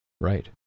Right